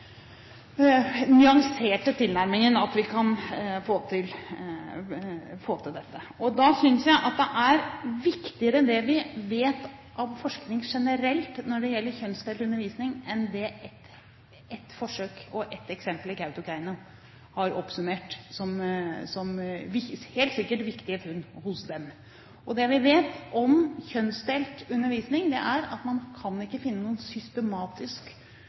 nyanserte tilnærmingen vi kan få til dette. Jeg synes at det vi vet på bakgrunn av forskning generelt når det gjelder kjønnsdelt undervisning, er viktigere enn ett forsøk og ett eksempel i Kautokeino har oppsummert som – helt sikkert – viktige funn hos dem. Det vi vet om kjønnsdelt undervisning, er at man ikke kan finne noen systematisk